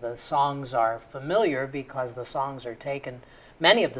the songs are familiar because the songs are taken many of the